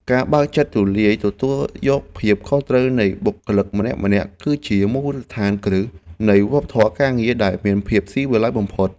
ការបើកចិត្តទូលាយទទួលយកភាពខុសគ្នានៃបុគ្គលិកម្នាក់ៗ គឺជាមូលដ្ឋានគ្រឹះនៃវប្បធម៌ការងារដែលមានភាពស៊ីវិល័យបំផុត។